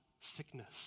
sickness